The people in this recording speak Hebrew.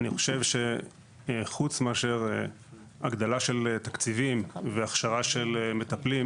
אני חושב שחוץ מאשר הגדלה של תקציבים והכשרה של מטפלים,